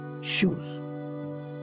shoes